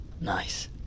Nice